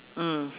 mm